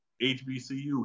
HBCU